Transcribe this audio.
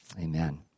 Amen